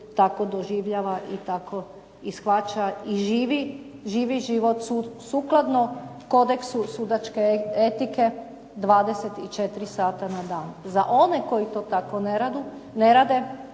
tako doživljava i shvaća i živi, živi život sukladno kodeksu sudačke etike 24 sata na dan. Za one koji to tako ne rade,